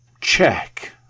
check